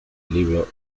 libro